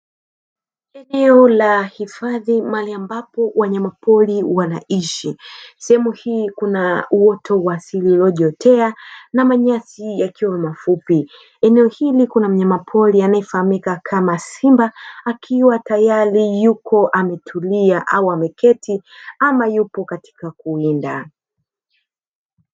Eneo la hifadhi, mahali ambapo wanyamapori wanaishi. Sehemu hii kuna uoto wa asili uliojiotea na manyasi yakiwa mafupi. Eneo hili kuna mnyamapori anayefahamika kama simba, akiwa tayari yuko ametulia au ameketi, ama yupo katika kuwinda.